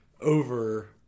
over